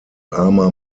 armer